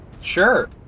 sure